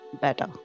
better